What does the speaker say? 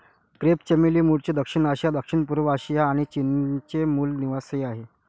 crepe चमेली मूळचे दक्षिण आशिया, दक्षिणपूर्व आशिया आणि चीनचे मूल निवासीआहे